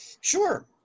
Sure